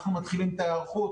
אנחנו מתחילים את ההיערכות